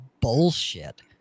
bullshit